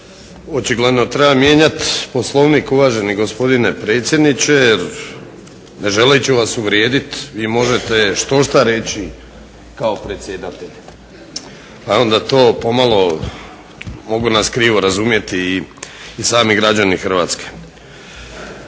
Očigledno treba mijenjati Poslovnik uvaženi gospodine predsjedniče, jer ne želeći vas uvrijediti vi možete štošta reći kao predsjedatelji. Naravno da to pomalo mogu nas krivo razumjeti i sami građani Hrvatske.